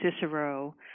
Cicero